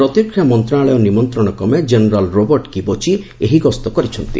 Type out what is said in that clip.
ପ୍ରତିରକ୍ଷା ମନ୍ତ୍ରଣାଳୟ ନିମନ୍ତ୍ରଣ କ୍ରମେ ଜେନେରାଲ୍ ରୋବର୍ଟ୍ କିବୋଚି ଏହି ଗସ୍ତ କରିଛନ୍ତି